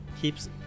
keeps